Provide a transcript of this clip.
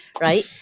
right